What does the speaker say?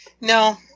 No